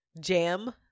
jam